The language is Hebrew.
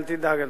אל תדאג,